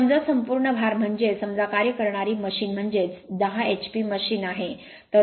समजा संपूर्ण भार म्हणजे समजा कार्य करणारी मशीन म्हणजेच 10 hp मशीन आहे